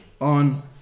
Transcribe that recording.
on